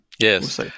Yes